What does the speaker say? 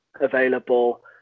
available